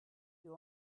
you